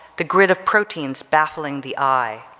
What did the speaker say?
the grid of proteins baffling the eye,